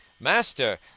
Master